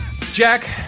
Jack